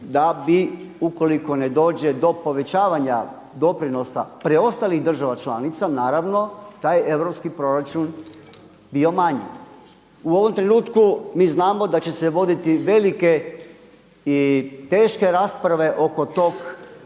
da bi ukoliko ne dođe do povećavanja doprinosa preostalih država članica naravno taj europski proračun bi manji. U ovom trenutku mi znamo da će se voditi velike i teške rasprave oko tog